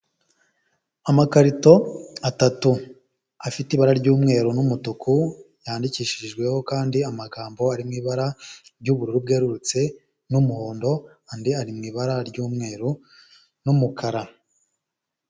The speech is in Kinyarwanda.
Amakarito atatu afite ibara ry'umweru n'umutuku yandikishijweho kandi amagambo arimo ibara ry'ubururu bwererutse n'umuhondo, andi ari mu ibara ry'umweru n'umukara.